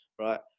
Right